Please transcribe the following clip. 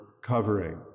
covering